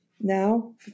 now